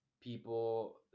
people